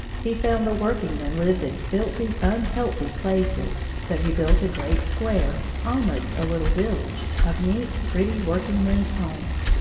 he found the working men lived in filthy, unhealthy places, so he built a great square almost a little village of neat, pretty, working men's homes.